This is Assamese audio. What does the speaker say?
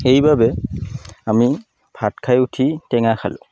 সেইবাবে আমি ভাত খাই উঠি টেঙা খালোঁ